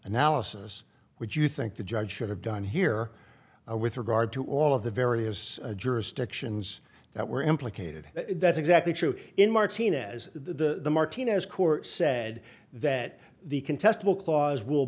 analysis would you think the judge should have done here with regard to all of the various jurisdictions that were implicated that's exactly true in martinez the martinez court said that the contest will clause will